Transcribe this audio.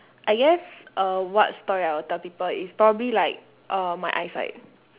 I guess err what story I will tell people is probably like err my eyesight